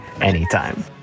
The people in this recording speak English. anytime